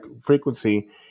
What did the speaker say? frequency